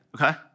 okay